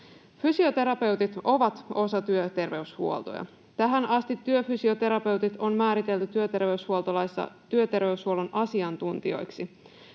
Fysioterapeutit ovat osa työterveyshuoltoa. Tähän asti työfysioterapeutit on määritelty työterveyshuoltolaissa